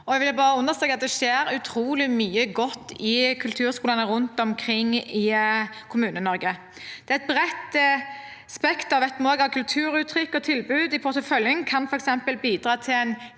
Jeg vil bare understreke at det skjer utrolig mye godt i kulturskolene rundt omkring i KommuneNorge. Vi vet også at et bredt spekter av kulturuttrykk og tilbud i porteføljen f.eks. kan bidra til en